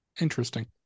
Interesting